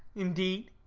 indeed!